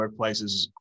workplaces